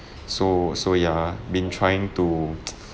so so ya been trying to